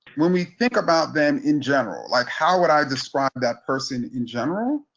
when we think about them in general, like how would i describe that person in general,